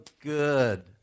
good